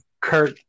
Kurt